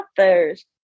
authors